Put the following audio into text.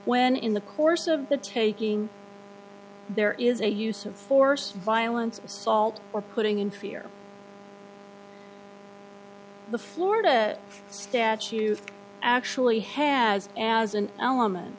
when in the course of the taking there is a use of force violence assault or putting in fear the florida statute actually has an as an element